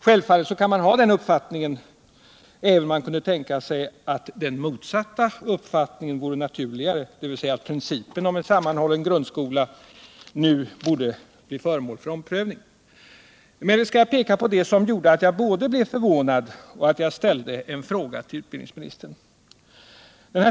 Självfallet kan man ha den uppfattningen, även om man kunde tänka sig att den motsatta uppfattningen vore naturligare, dvs. att principen om en Nr 95 sammanhållen grundskola nu borde bli föremål för omprövning. Tisdagen den Emellertid skall jag peka på det som gjorde både att jag blev förvånad och 14 mars 1978 att jag ställde en fråga till utbildningsministern.